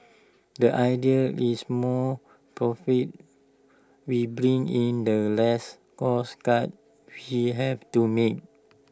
the idea is more profits we bring in the less cost cuts we have to make